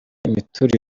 imiturire